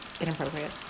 Inappropriate